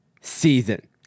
season